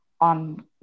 On